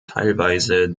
teilweise